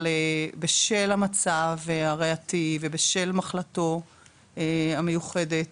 אבל בשל המצב הריאתי ובשל מחלתו המיוחדת